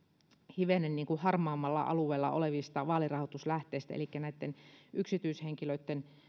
hivenen harmaammalla alueella olevista vaalirahoituslähteistä elikkä yksityishenkilöitten